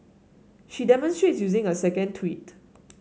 she demonstrates using a second tweet